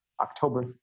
October